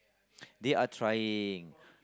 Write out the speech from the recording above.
they are trying